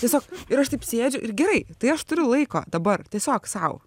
tiesiog ir aš taip sėdžiu ir gerai tai aš turiu laiko dabar tiesiog sau